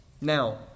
Now